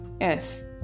yes